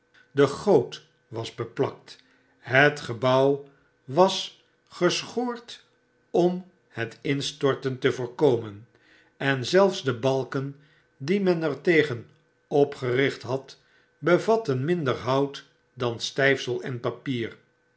de goot was beplakt het gebouw was geschoord om het instorten te voorkomen en zelfs de balken die men er tegen opgericht had bevatten minder hout dan styfsel en papier